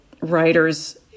writers